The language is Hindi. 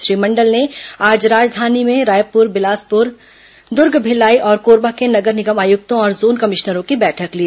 श्री मंडल ने आज राजधानी में रायपुर बिलासपुर दुर्ग भिलाई और कोरबा के नगर निगम आयुक्तों और जोन कमिश्नरों की बैठक ली